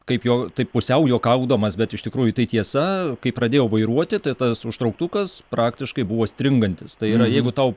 kaip jau taip pusiau juokaudamas bet iš tikrųjų tai tiesa kai pradėjau vairuoti tai tas užtrauktukas praktiškai buvo stringantis tai yra jeigu tau